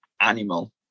animal